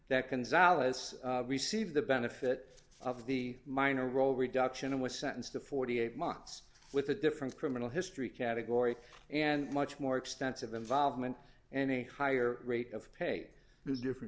consolidates receive the benefit of the minor role reduction and was sentenced to forty eight months with a different criminal history category and much more extensive involvement and a higher rate of pay is different